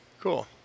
Cool